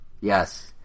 Yes